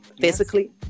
physically